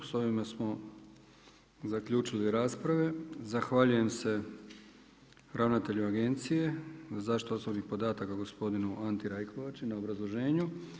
S ovime smo zaključili rasprave, zahvaljujem se ravnatelju Agencije za zaštitu osobnih podataka gospodin Anti Rajkovačin na obrazloženju.